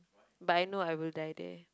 but I know I will die there